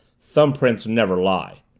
thumbprints never lie,